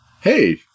hey